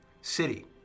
city